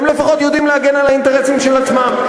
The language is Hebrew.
הם לפחות יודעים להגן על האינטרסים של עצמם.